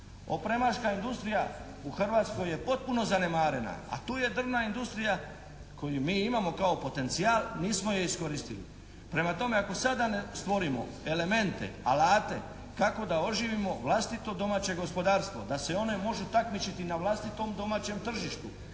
Opremačka industrija u Hrvatskoj je potpuno zanemarena, a tu je drvna industrija koju mi imamo kao potencijal, nismo je iskoristili. Prema tome, ako sada ne stvorimo elemente, alate kako da oživimo vlastito domaće gospodarstvo, da se one može takmičiti na vlastitom domaćem tržištu,